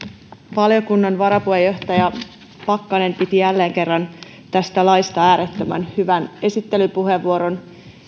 valiokunnan varapuheenjohtaja pakkanen piti jälleen kerran tästä laista äärettömän hyvän esittelypuheenvuoron